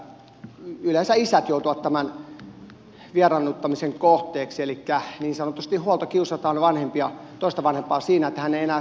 yleensä isät joutuvat tämän vieraannuttamisen kohteeksi elikkä niin sanotusti huoltokiusataan vanhempia toista vanhempaa siinä että hän ei enää saa tavata lasta